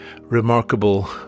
remarkable